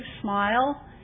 smile